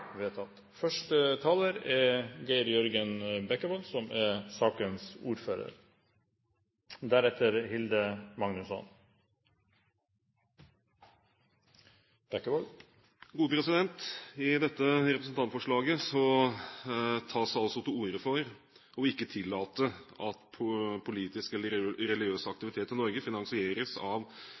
vedtatt. I dette representantforslaget tas det altså til orde for ikke å tillate at politisk eller religiøs aktivitet i Norge finansieres av